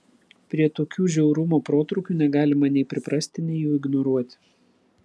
prie tokių žiaurumo protrūkių negalima nei priprasti nei jų ignoruoti